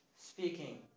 speaking